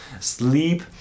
sleep